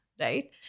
right